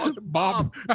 Bob